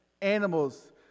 animals